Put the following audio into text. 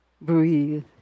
Breathe